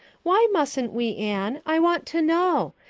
why mustent we, anne? i want to know.